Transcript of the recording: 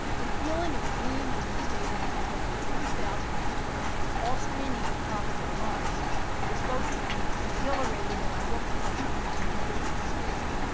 the feeling of being in the stadium with over forty thousand people all screaming at the top of their lungs was both exhilarating and i will confess a little little bit scary,